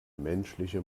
menschliche